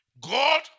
God